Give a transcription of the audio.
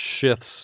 shifts